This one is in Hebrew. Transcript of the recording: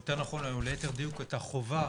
וליתר דיוק את החובה